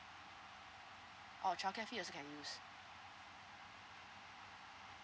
oh childcare fees also can use